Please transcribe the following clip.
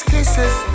Kisses